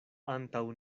antaŭ